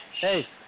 hey